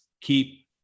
keep